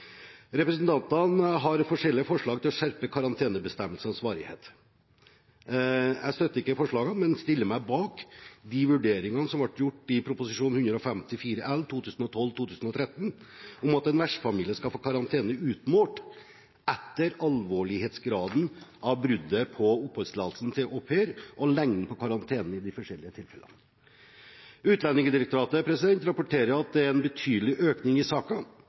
Representantene har forskjellige forslag til å skjerpe karantenebestemmelsens varighet. Jeg støtter ikke forslagene, men stiller meg bak de vurderingene som ble gjort i Prop. 154 L for 2012–2013 om at en vertsfamilie skal få lengden på karantene utmålt etter alvorlighetsgraden på bruddet av oppholdstillatelsen til au pair i de forskjellige tilfellene. Utlendingsdirektoratet rapporterer at det er en betydelig økning i